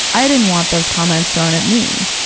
i didn't want those comments thrown at me,